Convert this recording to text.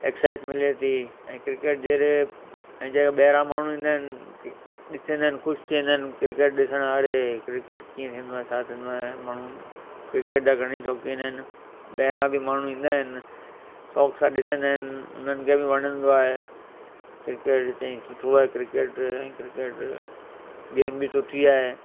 exercise मिले थी cricket जहिड़े ऐं जेके ॿाहिरां माण्हू ईंदा आहिनि ॾिसंदा आहिनि ख़ुशि थी वेंदा आहिनि क्रिकेट ॾिसणु अरे क्रिकेट कीअं थींदो आहे छा थींदो आहे माण्हू क्रिकेट जा घणेई शौक़ीन आहिनि ॿाहिरां माण्हू ईंदा आहिनि शौक़ सां ॾिसंदा आहिनि उन्हनि खे बि वणंदो आहे क्रिकेट चईं सुठो आहे क्रिकेट ऐं क्रिकेट गेम बि सुठी आहे